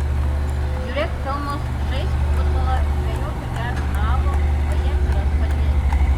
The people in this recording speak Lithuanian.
žiūrėk filmus žaisk futbolą žvejok ir gerk alų o ji atsiras pati